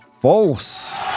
false